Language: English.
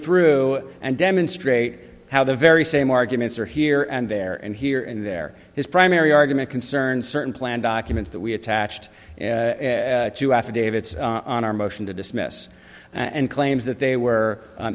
through and demonstrate how the very same arguments are here and there and here and there his primary argument concerns certain plan documents that we attached to affidavits on our motion to dismiss and claims that they were